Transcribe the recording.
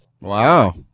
Wow